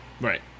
right